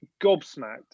gobsmacked